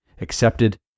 accepted